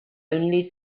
only